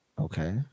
Okay